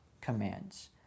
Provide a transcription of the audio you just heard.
commands